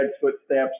footsteps